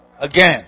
again